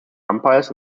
umpires